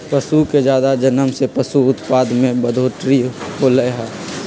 पशु के जादा जनम से पशु उत्पाद में बढ़ोतरी होलई ह